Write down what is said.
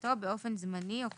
השבתתו באופן זמני או קבוע.